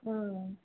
हां